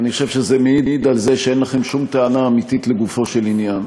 אני חושב שזה מעיד על זה שאין לכם שום טענה אמיתית לגופו של עניין,